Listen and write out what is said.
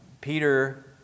Peter